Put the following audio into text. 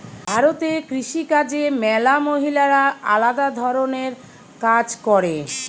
ভারতে কৃষি কাজে ম্যালা মহিলারা আলদা ধরণের কাজ করে